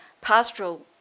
pastoral